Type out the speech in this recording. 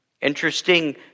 Interesting